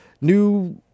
new